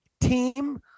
team